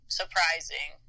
surprising